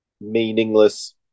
meaningless